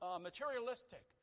materialistic